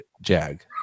jag